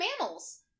mammals